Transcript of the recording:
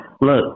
look